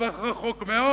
לטווח ארוך מאוד,